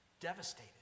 devastated